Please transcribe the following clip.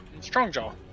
Strongjaw